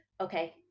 okay